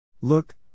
Look